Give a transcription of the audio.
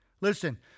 Listen